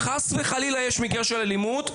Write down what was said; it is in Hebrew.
אם חס וחלילה יש מקרה של אלימות,